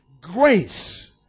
grace